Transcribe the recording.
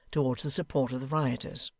towards the support of the rioters.